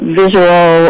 visual